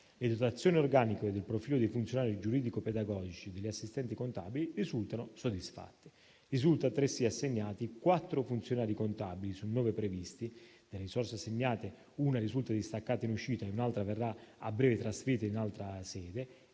Le dotazioni organiche per il profilo dei funzionari giuridico-pedagogici e degli assistenti contabili risultano soddisfatte. Risultano altresì assegnati 4 funzionari contabili sui 9 previsti. Delle risorse assegnate, una risulta distaccata in uscita e un'altra verrà a breve trasferita in altra sede.